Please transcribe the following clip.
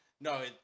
no